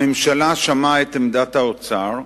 הממשלה שמעה את עמדת האוצר.